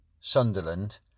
Sunderland